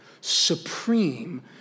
supreme